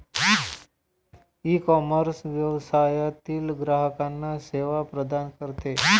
ecommerce व्यवसायातील ग्राहकांना सेवा प्रदान करते